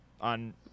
on